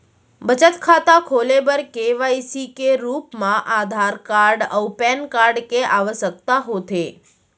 बचत खाता खोले बर के.वाइ.सी के रूप मा आधार कार्ड अऊ पैन कार्ड के आवसकता होथे